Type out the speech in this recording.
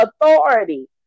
authority